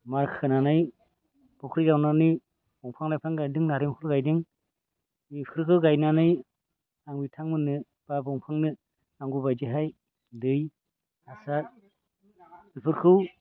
मार खोनानै फख्रि जावनानै दंफां लाइफां गायदों नारेंखल गायदों बेफोरखो गायनानै आं बिथांमोननो बा दंफांनो नांगौ बायदिहाय दै हासार बेफोरखौ